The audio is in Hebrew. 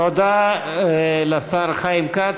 תודה לשר חיים כץ.